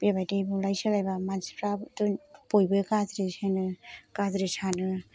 बेबायदि बुलाय सोलायबा मानसिफ्रा बयबो गाज्रि होनो गाज्रि सानो